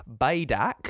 Baydak